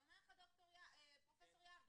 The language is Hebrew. גם אומר לך פרופ' יהב,